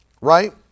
Right